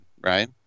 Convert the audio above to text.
right